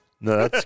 No